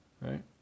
right